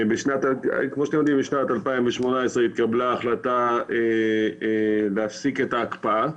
כמו שאתם יודעים בשנת 2018 התקבלה החלטה להפסיק את ההקפאה.